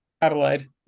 Adelaide